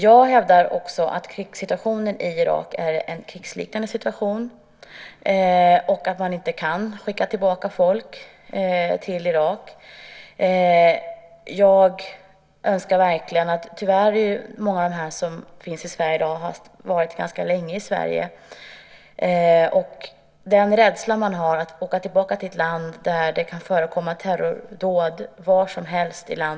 Jag hävdar att situationen i Irak är en krigsliknande situation och att man inte kan skicka tillbaka folk till Irak. Många av dem som finns i Sverige i dag har varit här ganska länge. Jag tänker på den rädsla de har för att åka tillbaka till ett land där det kan förekomma terrordåd var som helst.